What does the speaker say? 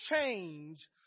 change